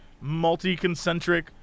multi-concentric